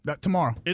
Tomorrow